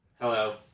Hello